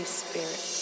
spirit